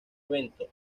evento